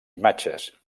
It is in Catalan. imatges